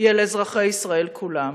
היא לאזרחי ישראל כולם.